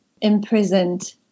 imprisoned